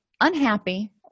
unhappy